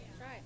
right